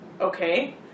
okay